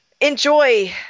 enjoy